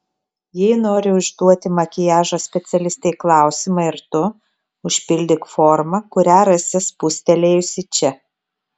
jei nori užduoti makiažo specialistei klausimą ir tu užpildyk formą kurią rasi spustelėjusi čia